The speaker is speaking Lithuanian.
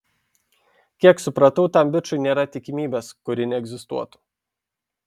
kiek supratau tam bičui nėra tikimybės kuri neegzistuotų